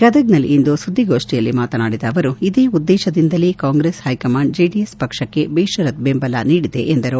ಗದಗ್ನಲ್ಲಿಂದು ಸುದ್ದಿಗೋಷ್ಠಿಯಲ್ಲಿ ಮಾತನಾಡಿದ ಅವರು ಇದೇ ಉದ್ದೇಶದಿಂದಲೇ ಕಾಂಗ್ರೆಸ್ ಹೈಕಮಾಂಡ್ ಜೆಡಿಎಸ್ ಪಕ್ಷಕ್ಕೆ ಬೇಷರತ್ ಬೆಂಬಲ ನೀಡಿದೆ ಎಂದರು